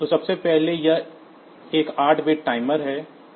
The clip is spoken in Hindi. तो सबसे पहले यह एक 8 बिट टाइमर है